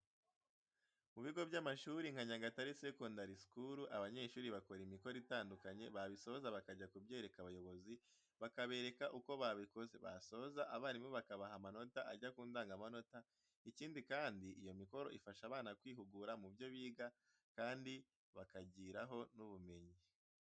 Mu bigo by'amashuri nka Nyagatare secondary school abanyeshuri bakora imikoro itandukanye babisoza bakajya kubyereka abayobozi bakabereka uko babikoze, basoza abarimu bakabaha amanota ajya kundangamanota ikindi Kandi iyo mikoro ifasha abana kwihugura mu byo biga kandi bakagiraho n'ubumenyi.